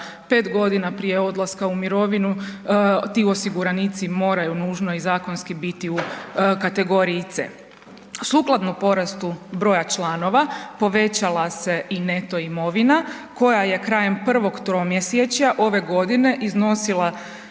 da 5.g. prije odlaska u mirovinu ti osiguranici moraju nužno i zakonski biti u kategoriji C. Sukladno porastu broja članova povećala se i neto imovina koja je krajem prvog tromjesečja ove godine iznosila